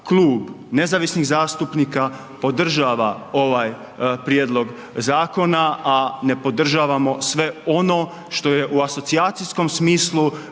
Klub nezavisnih zastupnika, podržava, ovaj prijedlog zakona, a ne podržavamo sve ono što je u asocijacijskom smislu,